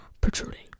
protruding